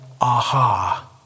aha